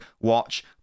watch